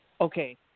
okay